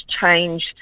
change